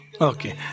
Okay